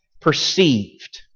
perceived